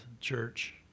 church